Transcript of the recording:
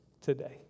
today